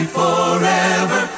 forever